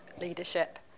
leadership